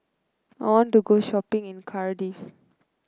I want to go shopping in Cardiff